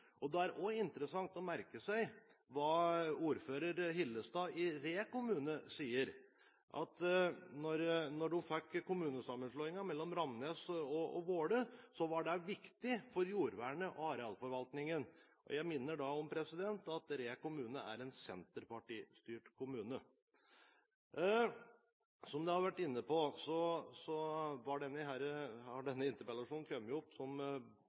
Det er også interessant å merke seg hva ordfører Hillestad i Re kommune sier, at da de fikk kommunesammenslåingen mellom Ramnes og Våler, var det viktig for jordvernet og arealforvaltningen. Jeg minner om at Re kommune er en senterpartistyrt kommune. Som en har vært inne på, har denne interpellasjonen kommet opp bl.a. på grunn av de arealfordelingene som